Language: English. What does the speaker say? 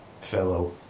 fellow